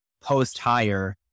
post-hire